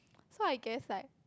so I guess like